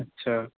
اچھا